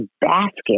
basket